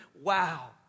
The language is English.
wow